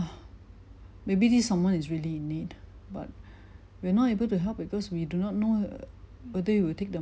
maybe this someone is really in need but we're not able to help because we do not know whether he will take the